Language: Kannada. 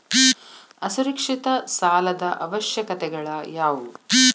ಅಸುರಕ್ಷಿತ ಸಾಲದ ಅವಶ್ಯಕತೆಗಳ ಯಾವು